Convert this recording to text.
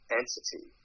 entity